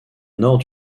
nord